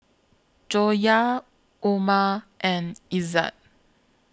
Joyah Umar and Izzat